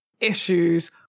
issues